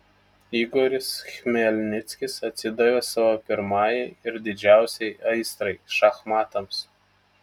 igoris chmelnickis atsidavė savo pirmajai ir didžiausiai aistrai šachmatams